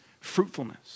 fruitfulness